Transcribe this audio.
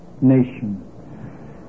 nation